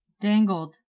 Dangled